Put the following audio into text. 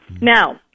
Now